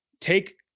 take